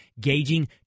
gauging